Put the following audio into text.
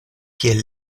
kiel